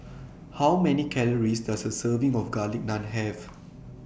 How Many Calories Does A Serving of Garlic Naan Have